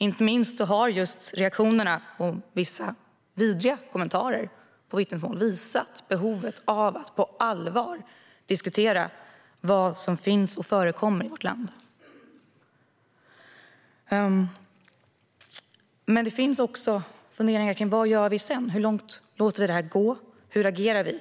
Inte minst har reaktionerna i form av vidriga kommentarer på vissa vittnesmål visat på behovet av att på allvar diskutera vad som förekommer vi vårt land. Men det finns också funderingar kring vad vi gör sedan. Hur långt låter vi det här gå? Hur agerar vi?